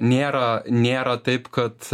nėra nėra taip kad